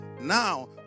Now